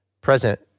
present